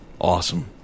Awesome